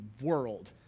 world